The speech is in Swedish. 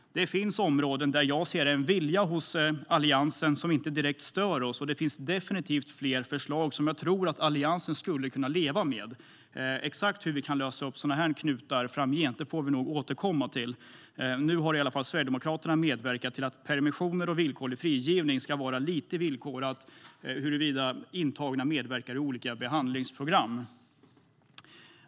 Det finns områden där jag ser en vilja hos Alliansen som inte direkt stör oss, och det finns definitivt fler förslag från Sverigedemokraterna som jag tror att Alliansen skulle kunna leva med. Exakt hur vi kan lösa upp sådana här knutar framgent får vi nog återkomma till. Nu har i alla fall Sverigedemokraterna medverkat till att permissioner och villkorlig frigivning ska vara lite villkorat till huruvida intagna medverkar i olika behandlingsprogram.